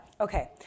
Okay